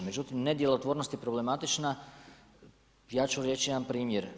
Međutim, nedjelotvornost je problematična i ja ću reći jedan primjer.